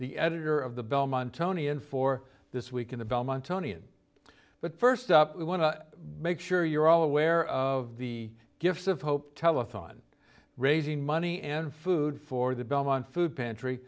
the editor of the belmont tony and for this week in the belmont tony and but first up we want to make sure you're all aware of the gift of hope telethon raising money and food for the belmont food pantry